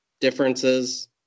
Differences